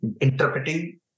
interpreting